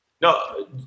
No